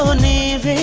name